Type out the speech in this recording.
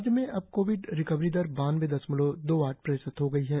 राज्य में अब कोविड रिकवरी दर बानबे दशमलव दो आठ प्रतिशत हो गई है